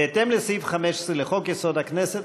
בהתאם לסעיף 15 לחוק-יסוד: הכנסת,